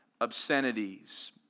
obscenities